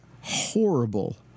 horrible